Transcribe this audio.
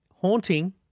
Haunting